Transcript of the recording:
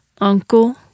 uncle